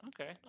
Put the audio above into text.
Okay